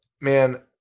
man